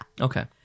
Okay